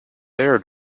heard